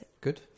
good